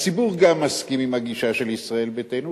הציבור גם מסכים עם הגישה של ישראל ביתנו,